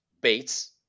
Bates